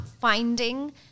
finding